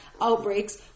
outbreaks